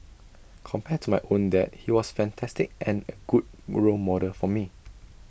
compared to my own dad he was fantastic and A good role model for me